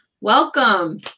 Welcome